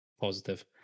positive